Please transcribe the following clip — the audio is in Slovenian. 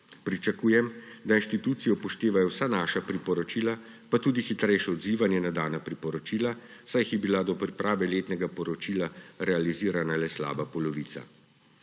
Pričakujem, da inštitucije upoštevajo vsa naša priporočila, pa tudi hitrejše odzivanje na dana priporočila, saj jih je bila do priprave letnega poročila realizirana le slaba polovica.